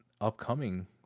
upcoming